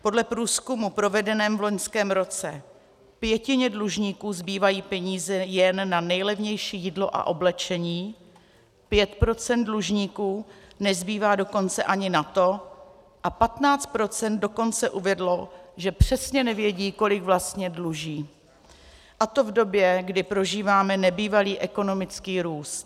Podle průzkumu provedeného v loňském roce pětině dlužníků zbývají peníze jen na nejlevnější jídlo a oblečení, pěti procentům dlužníků nezbývá dokonce ani na to a patnáct procent dokonce uvedlo, že přesně nevědí, kolik vlastně dluží, a to v době, kdy prožíváme nebývalý ekonomický růst.